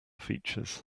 features